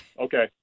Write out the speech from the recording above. okay